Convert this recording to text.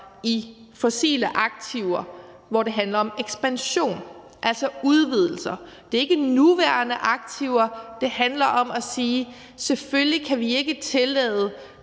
i fossile aktiver, hvor det handler om ekspansion, altså udvidelser. Det er ikke nuværende aktiver; det handler om at sige, at selvfølgelig kan vi ikke tillade